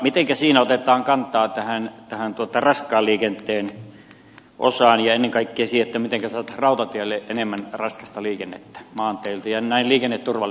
mitenkä siinä otetaan kantaa raskaan liikenteen osaan ja ennen kaikkea siihen mitenkä saataisiin rautatielle enemmän raskasta liikennettä maanteiltä ja näin liikenneturvallisuutta parannettua